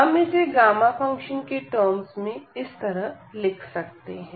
हम इसे gamma function के टर्म्स में इस तरह लिख सकते हैं